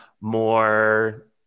more